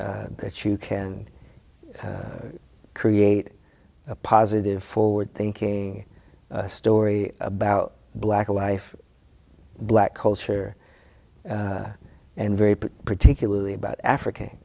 shown that you can create a positive forward thinking story about black life black culture and very particularly about african